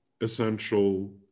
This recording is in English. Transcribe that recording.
essential